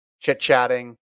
chit-chatting